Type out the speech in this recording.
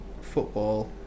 Football